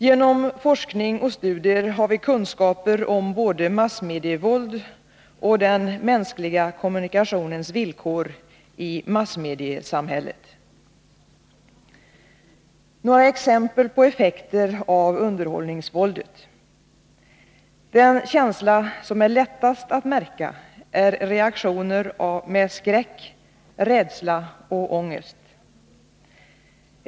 Genom forskning och studier har vi kunskaper om både massmedievåld och den mänskliga kommunikationens villkor i massmediesamhället. Några olika exempel på effekter av underhållningsvåldet. Den känsla som är lättast att märka är reaktioner med skräck, rädsla och ångest.